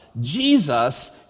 Jesus